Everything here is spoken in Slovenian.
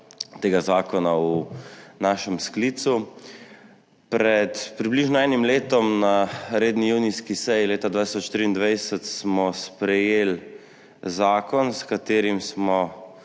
tega zakona v našem sklicu. Pred približno enim letom, na redni junijski seji leta 2023, smo sprejeli zakon, s katerim smo